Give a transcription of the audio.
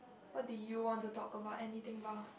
what do you want to talk about anything about